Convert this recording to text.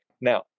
Now